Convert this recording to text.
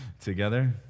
together